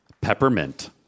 peppermint